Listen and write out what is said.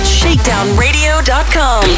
shakedownradio.com